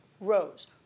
Rose